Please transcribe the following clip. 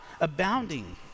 abounding